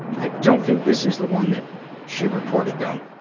i don't think this is the one that she reported, though.